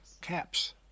Caps